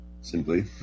Simply